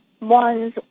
one's